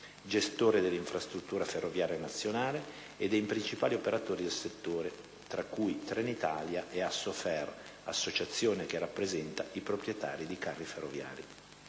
gestore dell'infrastruttura ferroviaria nazionale, e dei principali operatori del settore (tra cui Trenitalia e ASSOFER, associazione che rappresenta i proprietari di carri ferroviari)